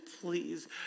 please